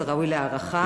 זה ראוי להערכה.